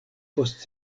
post